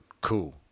cool